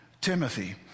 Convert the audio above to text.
Timothy